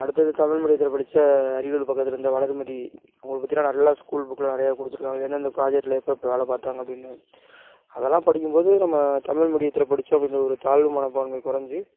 அடுத்தது தமிழ் மீடியத்தில் படித்த அரியலூர் பக்கத்தில் வளர்மதி அவங்கள பற்றிலாம் நல்லா ஸ்கூல் புக்கில் நிறையா கொடுத்திருக்கிறாங்க எந்தெந்த ப்ராஜெக்ட்டில் எப்பப்போ வேலை பார்த்தாங்க அப்படினு அதெல்லாம் படிக்கும்போது நம்ம தமிழ் மீடியத்தில் படித்தோம் அப்படிங்கிற தாழ்வு மனப்பான்மை குறஞ்சு